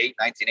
1988